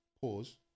Pause